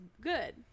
good